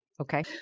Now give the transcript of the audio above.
Okay